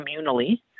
communally